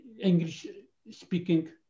English-speaking